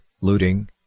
looting